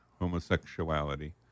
homosexuality